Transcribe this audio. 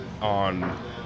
on